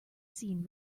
seen